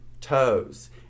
toes